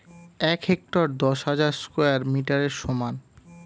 এক হেক্টার দশ হাজার স্কয়ার মিটারের সমান